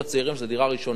שזו דירה ראשונה שלהם,